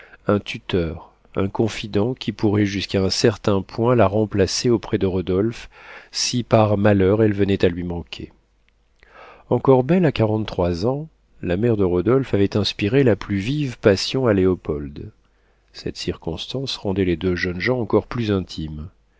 un tuteur un confident qui pourrait jusqu'à un certain point la remplacer auprès de rodolphe si par malheur elle venait à lui manquer encore belle à quarante-trois ans la mère de rodolphe avait inspiré la plus vive passion à léopold cette circonstance rendait les deux jeunes gens encore plus intimes